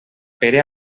pere